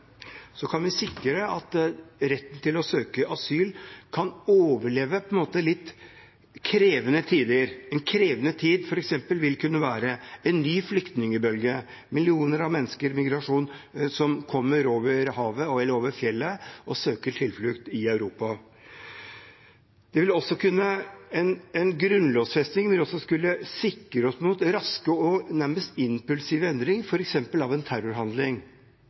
kan vi sikre at retten til å søke asyl kan overleve litt krevende tider. En krevende tid vil f.eks. kunne være en ny flyktningbølge, millioner av mennesker som gjennom migrasjon kommer over havet eller over fjellet og søker tilflukt i Europa. En grunnlovfesting vil også kunne sikre oss mot raske og nærmest impulsive endringer, f.eks. etter en terrorhandling.